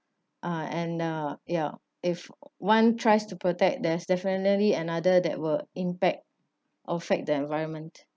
uh and uh ya if one tries to protect there's definitely another that will impact affect the environment